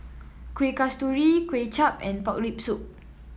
Kuih Kasturi Kway Chap and Pork Rib Soup